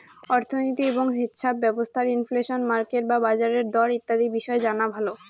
অর্থনীতি এবং হেছাপ ব্যবস্থার ইনফ্লেশন, মার্কেট বা বাজারের দর ইত্যাদি বিষয় জানা ভালো